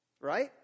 Right